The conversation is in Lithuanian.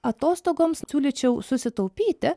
atostogoms siūlyčiau susitaupyti